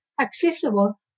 accessible